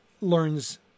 learns